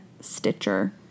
Stitcher